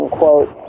quote